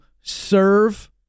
serve